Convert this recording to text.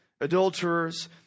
adulterers